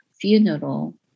funeral